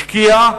השקיע,